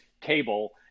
cable